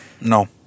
No